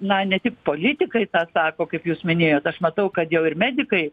na ne tik politikai tą sako kaip jūs minėjot aš matau kad jau ir medikai